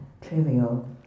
trivial